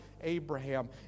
Abraham